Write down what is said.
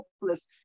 hopeless